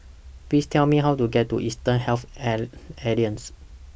Please Tell Me How to get to Eastern Health Alliance